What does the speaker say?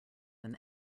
than